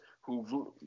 who've